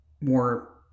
more